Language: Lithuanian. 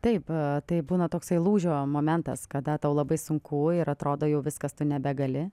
taip taip būna toksai lūžio momentas kada tau labai sunku ir atrodo jau viskas tu nebegali